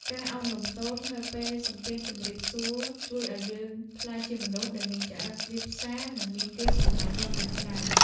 ការចេះឱនលំទោននៅពេលសំពះជម្រាបសួរជួយឱ្យយើងក្លាយជាមនុស្សដែលមានចរិតរាបសារនិងមានគេស្រឡាញ់រាប់អានច្រើន។